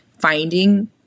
finding